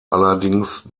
allerdings